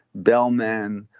bellmen,